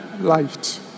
light